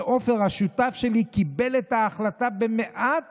שעופר השותף שלי קיבל את ההחלטה במאת